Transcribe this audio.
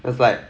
that's like